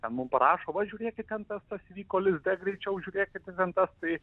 mum parašo vat žiūrėkit kas įvyko lizde greičiau žiūrėkit tai